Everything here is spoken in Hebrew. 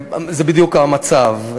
זה בדיוק המצב.